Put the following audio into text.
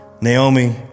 Naomi